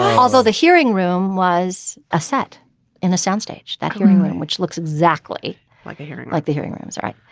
although the hearing room was ah set in a soundstage. that hearing room which looks exactly like a hearing like the hearing rooms. right.